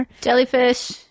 Jellyfish